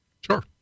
Sure